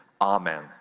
amen